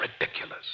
ridiculous